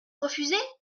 refusez